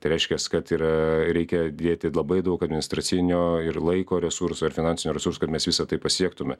tai reiškias kad yra reikia dėti labai daug administracinio ir laiko resursų ir finansinių resursų kad mes visą tai pasiektume